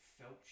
felt